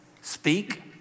Speak